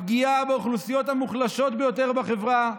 הפגיעה באוכלוסיות המוחלשות ביותר בחברה,